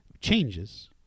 changes